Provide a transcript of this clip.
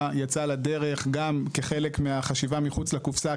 יצאה לדרך גם כחלק מהחשיבה מחוץ לקופסא,